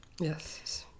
yes